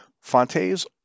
Fontes